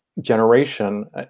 generation